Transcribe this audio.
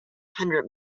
hundred